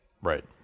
Right